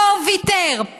לא ויתר,